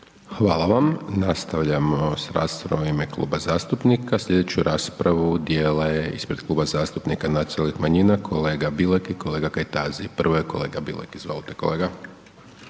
Hvala vam. Nastavljamo s raspravom u ime kluba zastupnika. Sljedeću raspravu dijele ispred Kluba zastupnika nacionalnih manjina kolega Bilek i kolega Kajtazi. Prvo je kolega Bilek. Izvolite kolega.